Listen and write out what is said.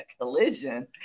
Collision